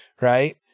right